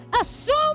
assume